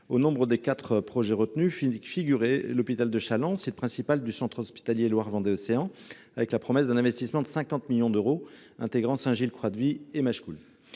Au nombre des quatre projets retenus figure l’hôpital de Challans, site principal du centre hospitalier Loire Vendée Océan (CHLVO), avec la promesse d’un investissement de 50 millions d’euros, intégrant Saint Gilles Croix de Vie et Machecoul.